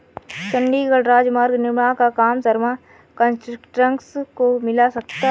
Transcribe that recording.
चंडीगढ़ राजमार्ग निर्माण का काम शर्मा कंस्ट्रक्शंस को मिला है